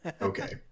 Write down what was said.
Okay